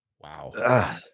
Wow